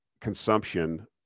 consumption